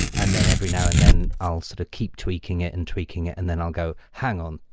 and then every now and then i'll sort of keep tweaking it and tweaking it and then i'll go, hang on,